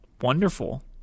wonderful